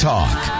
Talk